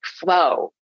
flow